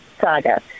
saga